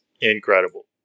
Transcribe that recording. incredible